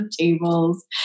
tables